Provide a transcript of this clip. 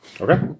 Okay